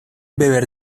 beber